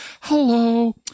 Hello